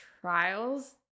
trials